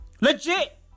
Legit